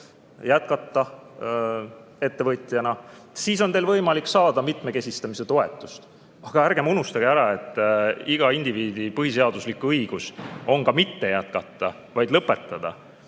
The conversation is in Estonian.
jätkata ettevõtjana, siis on teil võimalik saada mitmekesistamise toetust. Aga ärgem unustagem ära, et iga indiviidi põhiseaduslik õigus on ka mitte jätkata, vaid lõpetada,